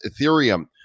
Ethereum